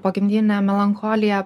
pogimdyvinę melancholiją